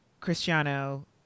Cristiano